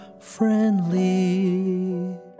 friendly